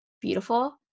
beautiful